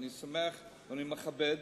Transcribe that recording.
אני סומך ואני מכבד.